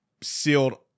sealed